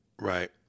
Right